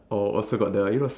oh also got the you know